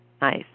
Nice